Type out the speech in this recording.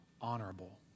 Honorable